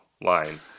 line